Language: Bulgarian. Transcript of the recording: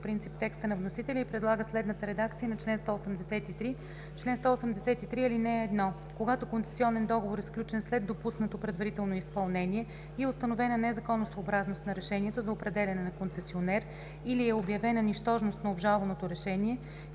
принцип текста на вносителя и предлага следната редакция на чл. 183: „Чл. 183. (1) Когато концесионен договор е сключен след допуснато предварително изпълнение и е установена незаконосъобразност на решението за определяне на концесионер или е обявена нищожност на обжалваното решение,